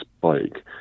bike